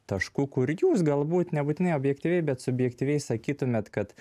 taškų kur jūs galbūt nebūtinai objektyviai bet subjektyviai sakytumėt kad